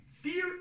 Fear